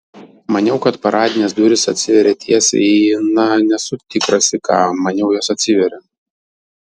maniau kad paradinės durys atsiveria teisiai į na nesu tikras į ką maniau jos atsiveria